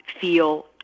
feel